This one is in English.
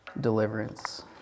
deliverance